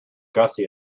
gussie